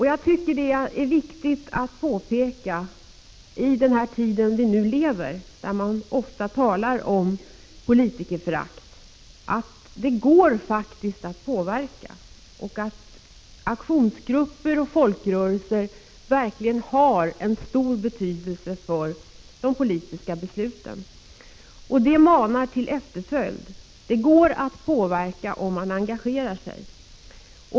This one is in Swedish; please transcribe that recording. Jag tycker att det är viktigt att påpeka, i den tid vi nu lever i, där man ofta talar om politikerförakt, att det faktiskt går att påverka och att aktionsgrupper och folkrörelser verkligen har en stor betydelse för de politiska besluten. Det manar till efterföljd. Det går att påverka om man engagerar sig.